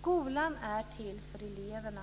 Skolan är till för eleverna.